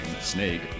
snake